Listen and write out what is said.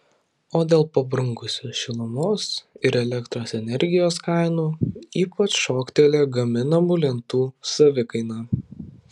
o dėl pabrangusių šilumos ir elektros energijos kainų ypač šoktelėjo gaminamų lentų savikaina